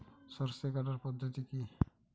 সরষে কাটার পদ্ধতি কি?